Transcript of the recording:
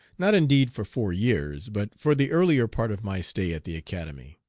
not indeed for four years, but for the earlier part of my stay at the academy.